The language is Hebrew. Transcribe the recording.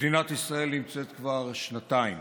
מדינת ישראל נמצאת כבר שנתיים